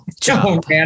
job